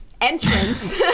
entrance